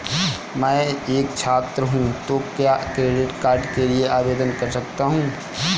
मैं एक छात्र हूँ तो क्या क्रेडिट कार्ड के लिए आवेदन कर सकता हूँ?